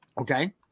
Okay